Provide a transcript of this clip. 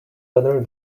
better